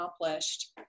accomplished